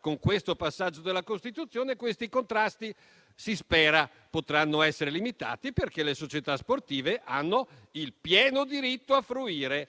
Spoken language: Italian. con questo passaggio della Costituzione si spera che questi contrasti potranno essere limitati, perché le società sportive hanno il pieno diritto di fruire